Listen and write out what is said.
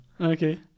Okay